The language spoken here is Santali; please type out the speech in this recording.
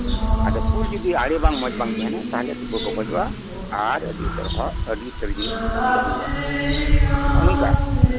ᱟᱫᱚ ᱯᱳᱞ ᱡᱩᱫᱤ ᱟᱬᱮ ᱢᱚᱸᱡᱽ ᱵᱟᱝ ᱛᱟᱦᱮᱱᱟ ᱛᱟᱦᱞᱮ ᱫᱩᱵᱟᱹ ᱵᱚᱞᱚᱜᱼᱟ ᱟᱨ ᱟᱹᱰᱤ ᱩᱛᱟᱹᱨ ᱦᱚᱲᱟᱜ ᱟᱸᱰᱤ ᱩᱛᱟᱹᱨ ᱡᱤᱱᱤᱥ ᱠᱷᱚᱛᱤ ᱦᱩᱭᱩᱜᱼᱟ ᱦᱚᱸᱜᱚ ᱱᱚᱝᱠᱟ